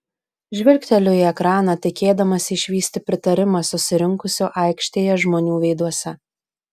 žvilgteliu į ekraną tikėdamasi išvysti pritarimą susirinkusių aikštėje žmonių veiduose